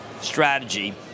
strategy